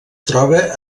troba